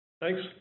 Thanks